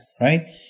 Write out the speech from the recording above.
right